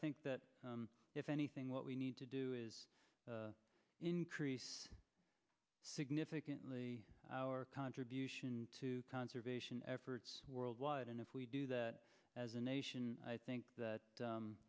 think that if anything what we need to do is increase significantly our contribution to conservation efforts worldwide and if we do that as a nation i think that